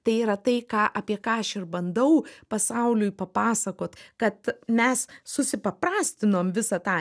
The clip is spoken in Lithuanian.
tai yra tai ką apie ką aš ir bandau pasauliui papasakot kad mes susipaprastinom visą tą